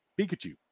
Pikachu